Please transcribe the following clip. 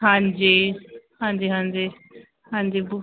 ਹਾਂਜੀ ਹਾਂਜੀ ਹਾਂਜੀ ਹਾਂਜੀ ਅੱਬੂ